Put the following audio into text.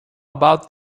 about